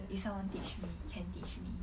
and if someone teach me can teach me